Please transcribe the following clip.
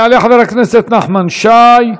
יעלה חבר הכנסת נחמן שי,